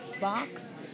box